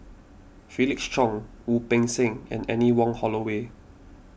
Felix Cheong Wu Peng Seng and Anne Wong Holloway